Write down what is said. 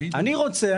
אני רוצה,